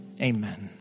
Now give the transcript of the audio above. Amen